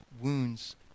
wounds